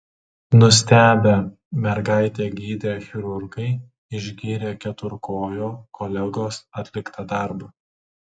nustebę mergaitę gydę chirurgai išgyrė keturkojo kolegos atliktą darbą